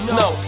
no